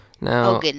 Now